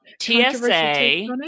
TSA